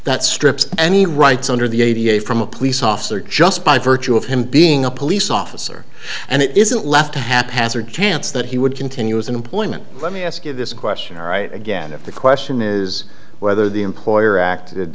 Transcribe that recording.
that strips any rights under the a d f from a police officer just by virtue of him being a police officer and it isn't left a haphazard chance that he would continue as an employment let me ask you this question all right again if the question is whether the employer acted